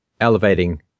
elevating